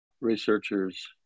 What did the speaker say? researchers